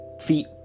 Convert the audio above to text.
feet